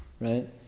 right